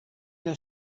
der